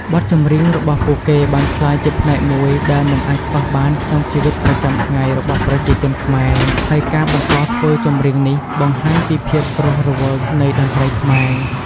បទចម្រៀងរបស់ពួកគេបានក្លាយជាផ្នែកមួយដែលមិនអាចខ្វះបានក្នុងជីវិតប្រចាំថ្ងៃរបស់ប្រជាជនខ្មែរ ហើយការបន្តធ្វើចម្រៀងនេះបង្ហាញពីភាពរស់រវើកនៃតន្ត្រីខ្មែរ។